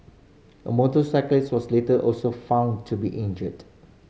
a motorcyclist was later also found to be injured